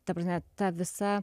ta prasme ta visa